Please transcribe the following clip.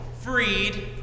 freed